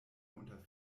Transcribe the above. unter